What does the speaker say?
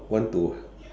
want to